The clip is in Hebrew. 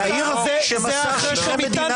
יאיר שעשה יומיים